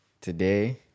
today